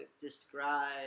describe